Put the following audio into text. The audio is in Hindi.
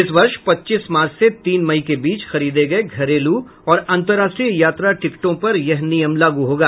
इस वर्ष पच्चीस मार्च से तीन मई के बीच खरीदे गए घरेलू और अंतर्राष्ट्रीय यात्रा टिकटों पर यह नियम लागू होगा